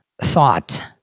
thought